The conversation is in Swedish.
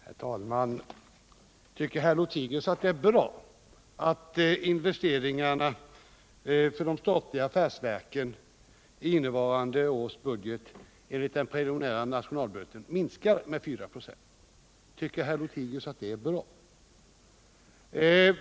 Herr talman! Tycker Carl-Wilhelm Lothigius att det är bra att investeringarna för de statliga affärsverken enligt den preliminära nationalbudgeten för 1978 minskar med 4 96? Är det bra?